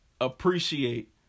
appreciate